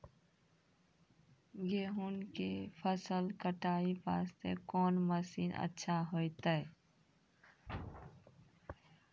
गेहूँ के फसल कटाई वास्ते कोंन मसीन अच्छा होइतै?